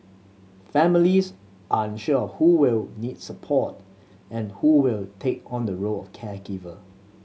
families unsure who will need support and who will take on the role of caregiver